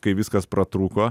kai viskas pratrūko